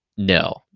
no